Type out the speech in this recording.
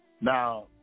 now